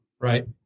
right